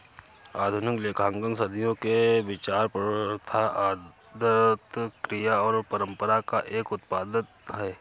आधुनिक लेखांकन सदियों के विचार, प्रथा, आदत, क्रिया और परंपरा का एक उत्पाद है